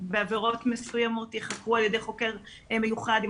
בעבירות מסוימות יחקרו על ידי חוקר מיוחד עם